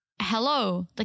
hello